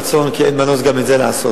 כי אין מנוס גם את זה לעשות.